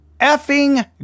effing